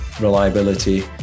reliability